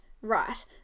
right